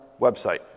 website